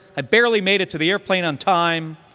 i barely made it to the airplane on time,